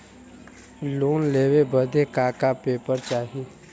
Loan लेवे बदे का का पेपर चाही?